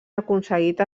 aconseguit